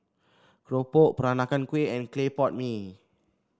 keropok Peranakan Kueh and Clay Pot Mee